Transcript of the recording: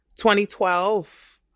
2012